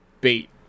bait